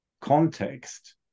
context